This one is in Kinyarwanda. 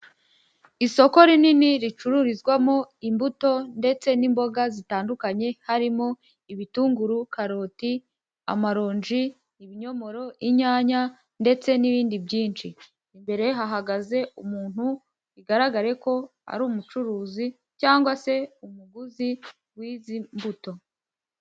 Isoko rinini ricururizwamo imbuto ndetse n'imboga zitandukanye harimo ibitunguru, karoti, amaronji, ibinyomoro, inyanya ndetse n'ibindi byinshi imbere hahagaze umuntu bigaragara ko ari umucuruzi cyangwa se umuguzi w'izi mbuto.